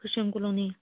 christian colony